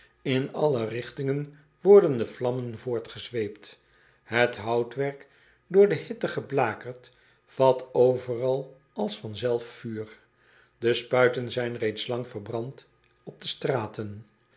n alle rigtingen worden de vlammen voortgezweept et houtwerk door de hitte geblakerd vat overal als vanzelf vuur e spuiten zijn reeds lang verbrand op de straten